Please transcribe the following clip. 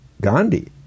Gandhi